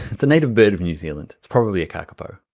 it's a native bird of new zealand. it's probably a kakapo.